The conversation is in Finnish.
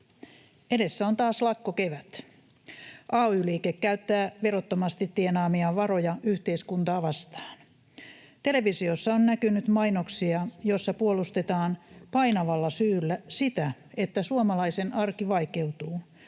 Edessä on taas lakkokevät. Ay-liike käyttää verottomasti tienaamiaan varoja yhteiskuntaa vastaan. Televisiossa on näkynyt mainoksia, joissa puolustetaan painavalla syyllä sitä, että suomalaisen arki vaikeutuu,